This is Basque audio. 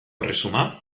erresuma